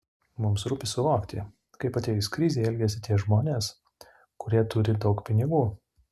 mums rūpi suvokti kaip atėjus krizei elgiasi tie žmonės kurie turi daug pinigų